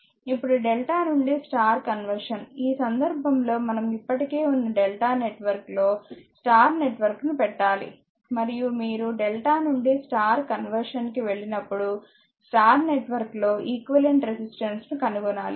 ఇప్పుడు డెల్టా నుండి star conversion ఈ సందర్భంలో మనం ఇప్పటికే ఉన్న డెల్టా నెట్వర్క్లో స్టార్ నెట్వర్క్ ను పెట్టాలి మరియు మీరు డెల్టా నుండి స్టార్ కన్వర్షన్ కి వెళ్ళినప్పుడు స్టార్ నెట్వర్క్ లో ఈక్వివలెంట్ రెసిస్టెన్స్స్ ను కనుగొనాలి